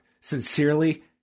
Sincerely